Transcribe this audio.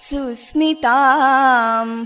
Susmitam